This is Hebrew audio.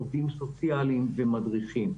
עובדים סוציאליים ומדריכים.